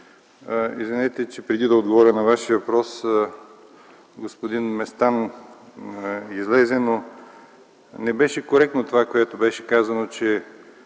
извинявайте, че преди да отговоря на Вашия въпрос, господин Местан излезе, но не беше коректно това, което беше казано, че